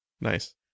nice